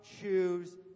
choose